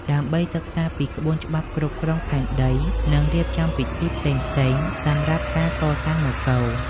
ដើម្បីសិក្សាពីក្បួនច្បាប់គ្រប់គ្រងផែនដី និងរៀបចំពិធីផ្សេងៗសម្រាប់ការកសាងនគរ។